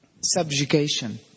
Subjugation